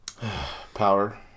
power